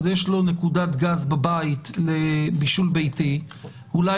אז יש לו נקודת גז בבית לבישול ביתי אולי